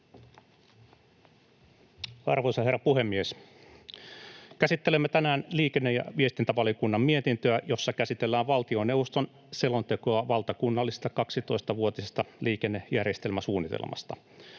Arvoisa herra puhemies! Käsittelemme tänään liikenne‑ ja viestintävaliokunnan mietintöä, jossa käsitellään valtioneuvoston selontekoa valtakunnallisesta 12-vuotisesta liikennejärjestelmäsuunnitelmasta.